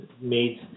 made